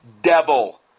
devil